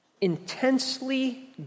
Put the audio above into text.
intensely